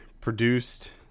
produced